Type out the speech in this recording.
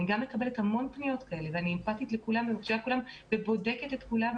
אני גם מקיימת המון פניות כאלה ומשיבה לכולן ובודקת את כולן.